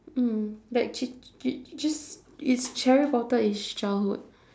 mm like ch~ ch~ just is ch~ harry-potter is childhood